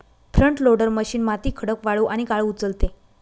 front loader machine माती, खडक, वाळू आणि गाळ उचलते